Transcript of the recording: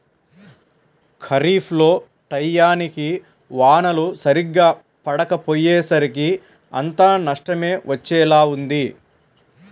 ఖరీఫ్ లో టైయ్యానికి వానలు సరిగ్గా పడకపొయ్యేసరికి అంతా నష్టమే వచ్చేలా ఉంది